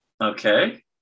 Okay